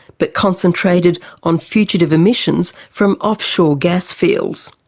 but concentrated on fugitive emissions from offshore gas fields.